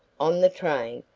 on the train,